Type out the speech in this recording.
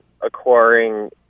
acquiring